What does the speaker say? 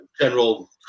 general